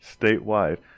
statewide